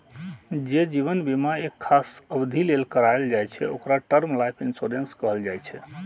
जे जीवन बीमा एक खास अवधि लेल कराएल जाइ छै, ओकरा टर्म लाइफ इंश्योरेंस कहल जाइ छै